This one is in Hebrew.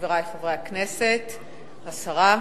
חברי חברי הכנסת, השרה,